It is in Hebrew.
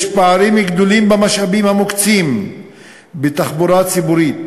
יש פערים גדולים במשאבים המוקצים בתחבורה ציבורית,